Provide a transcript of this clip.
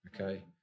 okay